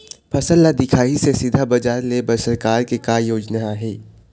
फसल ला दिखाही से सीधा बजार लेय बर सरकार के का योजना आहे?